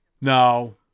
No